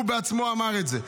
הוא בעצמו אמר את זה.